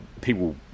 people